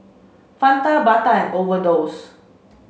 Fanta Bata and Overdose